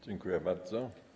Dziękuję bardzo.